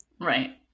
Right